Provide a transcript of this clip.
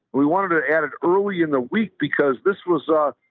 we wanted to add it early in the week because this was a,